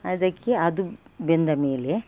ಅದಕ್ಕೆ ಅದು ಬೆಂದ ಮೇಲೆ